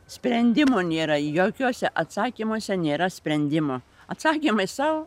sprendimo nėra jokiuose atsakymuose nėra sprendimo atsakymai sau